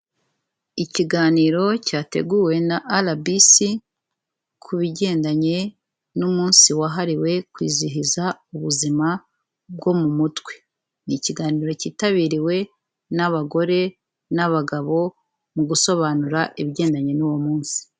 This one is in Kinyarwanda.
Ikiganiro cyateguwe na RBC, ku bigendanye n'umunsi wahariwe kwizihiza ubuzima bwo mu mutwe. Ni ikiganiro cyitabiriwe n'abagore n'abagabo mu gusobanura ibigendanye n'uwo munsi.